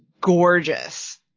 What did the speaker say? gorgeous